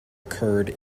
occurred